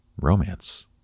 romance